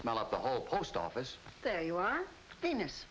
smell up the whole post office there you are famous